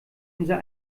unser